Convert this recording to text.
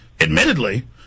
admittedly